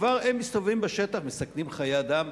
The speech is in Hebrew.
כבר הם מסתובבים בשטח ומסכנים חיי אדם.